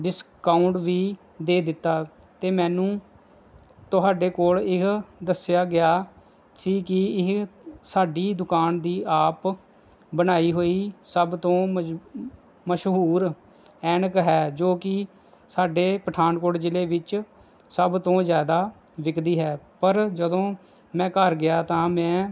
discount ਵੀ ਦੇ ਦਿੱਤਾ ਅਤੇ ਮੈਨੂੰ ਤੁਹਾਡੇ ਕੋਲ ਇਹ ਦੱਸਿਆ ਗਿਆ ਸੀ ਕਿ ਇਹ ਸਾਡੀ ਦੁਕਾਨ ਦੀ ਆਪ ਬਣਾਈ ਹੋਈ ਸਭ ਤੋਂ ਮਜ਼ ਮਸ਼ਹੂਰ ਐਨਕ ਹੈ ਜੋ ਕਿ ਸਾਡੇ ਪਠਾਨਕੋਟ ਜ਼ਿਲ੍ਹੇ ਵਿੱਚ ਸਭ ਤੋਂ ਜ਼ਿਆਦਾ ਵਿਕਦੀ ਹੈ ਪਰ ਜਦੋਂ ਮੈਂ ਘਰ ਗਿਆ ਤਾਂ ਮੈਂ